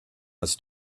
was